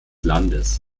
landes